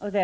Herr talman!